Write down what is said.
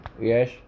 Yes